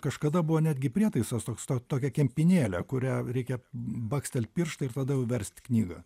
kažkada buvo netgi prietaisas toks to tokia kempinėlė kuria reikia bakstelt pirštą ir tada jau verst knygą